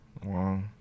Wow